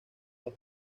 las